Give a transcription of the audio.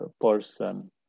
person